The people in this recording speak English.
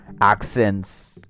accents